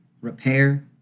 repair